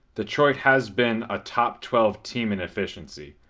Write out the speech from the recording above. detroit has been a top twelve team in efficiency.